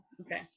Okay